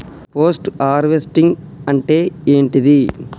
Post harvesting అంటే ఏంటిది?